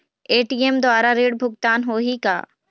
ATM द्वारा ऋण भुगतान होही का?